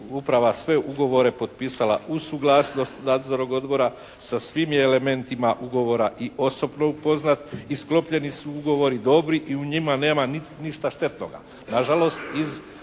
uprava sve ugovore potpisala uz suglasnost nadzornog odbora. Sa svim je elementima ugovora i osobno upoznat i sklopljeni su ugovori dobri i u njima nema ništa štetnoga. Na žalost iz